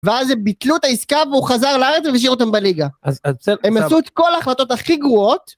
ואז הם ביטלו את העסקה והוא חזר לארץ והשאירו אותם בליגה. אז בסדר, עכשיו... הם עשו את כל ההחלטות הכי גרועות.